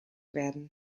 werden